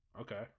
Okay